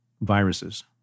viruses